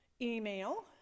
email